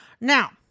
Now